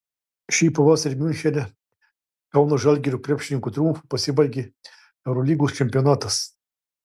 šį pavasarį miunchene kauno žalgirio krepšininkų triumfu pasibaigė eurolygos čempionatas